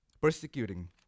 persecuting